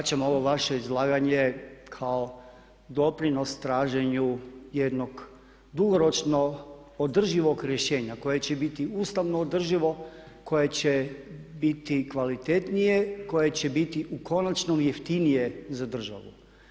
i shvaćam ovo vaše izlaganje kao doprinos traženju jednog dugoročno održivog rješenja koje će biti ustavno održivo, koje će biti kvalitetnije, koje će biti u konačnom jeftinije za državu.